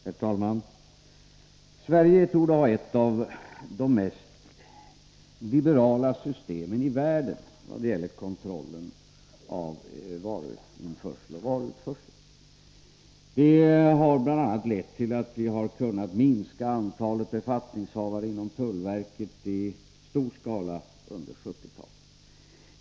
Herr talman! Sverige torde ha ett av de mest liberala systemen i världen i vad gäller kontrollen av varuinförsel och varuutförsel. Det har bl.a. lett till att vi under 1970-talet i stor skala har kunnat minska antalet befattningshavare inom tullverket.